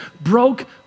broke